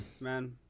man